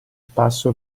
passo